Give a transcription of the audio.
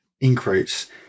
increase